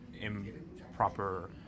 improper